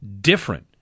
different